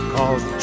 Cause